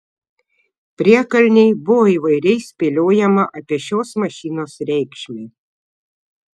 priekalnėj buvo įvairiai spėliojama apie šios mašinos reikšmę